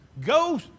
Go